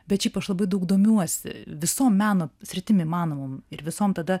bet šiaip aš labai daug domiuosi visom meno sritim įmanomom ir visom tada